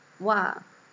!wah!